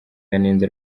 yanenze